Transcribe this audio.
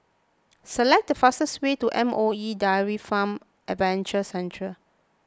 select the fastest way to M O E Dairy Farm Adventure Centre